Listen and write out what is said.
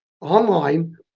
online